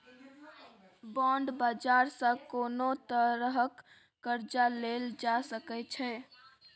bond बाजार सँ कोनो तरहक कर्जा लेल जा सकै छै